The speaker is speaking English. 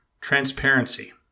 Transparency